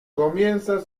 comienza